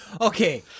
Okay